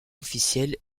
officiel